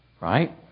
right